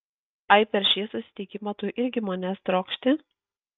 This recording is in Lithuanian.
ai per šį susitikimą tu irgi manęs trokšti